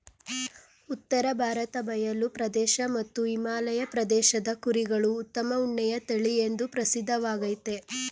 ಉತ್ತರ ಭಾರತ ಬಯಲು ಪ್ರದೇಶ ಮತ್ತು ಹಿಮಾಲಯ ಪ್ರದೇಶದ ಕುರಿಗಳು ಉತ್ತಮ ಉಣ್ಣೆಯ ತಳಿಎಂದೂ ಪ್ರಸಿದ್ಧವಾಗಯ್ತೆ